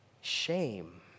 Shame